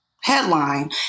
headline